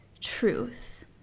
truth